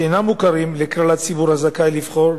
שאינם מוכרים לכלל הציבור הזכאי לבחור,